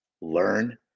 learn